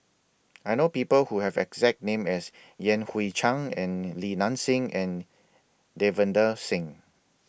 I know People Who Have The exact name as Yan Hui Chang and Li Nanxing and Davinder Singh